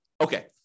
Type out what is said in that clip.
Okay